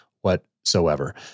whatsoever